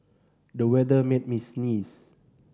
the weather made me sneeze